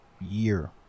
year